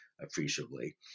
appreciably